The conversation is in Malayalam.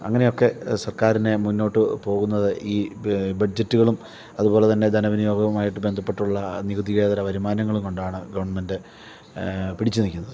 അങ്ങനെയൊക്കെ സർക്കാരിന് മുന്നോട്ട് പോവുന്നത് ഈ ബഡ്ജെറ്റ്കളും അതുപോലെത്തന്നെ ധനവിനിയോഗവുമായിട്ട് ബന്ധപ്പെട്ടുള്ള നികുതിയേതര വരുമാനങ്ങളും കൊണ്ടാണ് ഗവൺമെൻറ്റ് പിടിച്ച് നിൽക്കുന്നത്